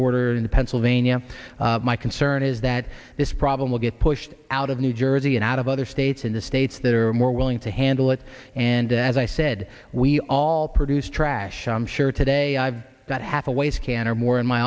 border into pennsylvania my concern is that this problem will get pushed out of new jersey and out of other states in the states that are more willing to handle it and as i said we all produce trash i'm sure today i've got half away scanner more in my